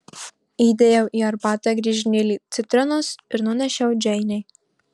įdėjau į arbatą griežinėlį citrinos ir nunešiau džeinei